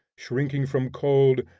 shrinking from cold,